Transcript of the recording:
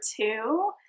two